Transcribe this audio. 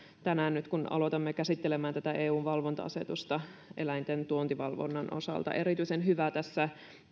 tänään aloitamme käsittelemään tätä eun valvonta asetusta eläinten tuontivalvonnan osalta erityisen hyvää tässä